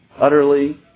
utterly